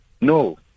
No